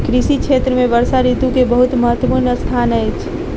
कृषि क्षेत्र में वर्षा ऋतू के बहुत महत्वपूर्ण स्थान अछि